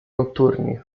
notturni